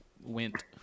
went